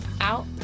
out